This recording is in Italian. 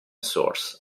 source